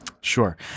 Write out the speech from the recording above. Sure